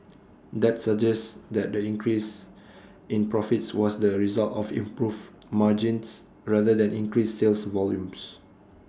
that suggests that the increase in profits was the result of improved margins rather than increased sales volumes